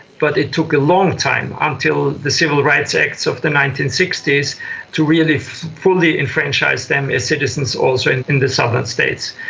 but it took a long time until the civil rights acts of the nineteen sixty s to really fully enfranchise them as citizens also in in the southern states.